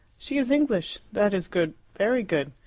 she is english. that is good, very good.